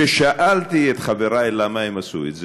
כששאלתי את חבריי למה הם עשו את זה,